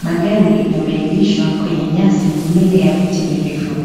Magari yameegeshwa kwenye nyasi mbele ya miti mirefu.